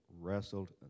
wrestled